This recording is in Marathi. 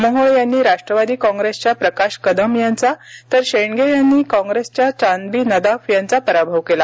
मोहोळ यांनी राष्ट्रवादी काँग्रेसच्या प्रकाश कदम यांचा तर शेंडगे यांनी काँग्रेसच्या चांदबी नदाफ यांचा पराभव केला